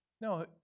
No